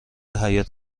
حیات